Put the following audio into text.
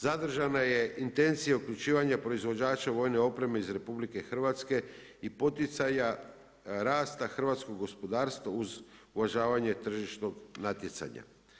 Zadržana je intencija uključivanja proizvođača vojne opreme iz RH i poticaja rasta hrvatskog gospodarstva uz uvažavanje tržišnog natjecanja.